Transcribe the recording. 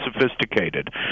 sophisticated